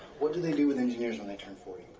what do they do with engineers when they turn forty?